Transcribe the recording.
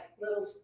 little